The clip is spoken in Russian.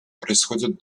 происходит